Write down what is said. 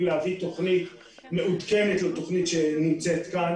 להביא תוכנית מעודכנת לתוכנית שנמצאת כאן,